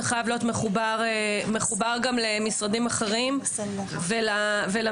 זה צריך להיות מחובר גם למשרדים אחרים ולמציאות.